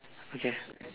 okay